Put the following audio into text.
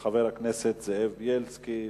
של חבר הכנסת זאב בילסקי.